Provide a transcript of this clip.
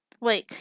Wait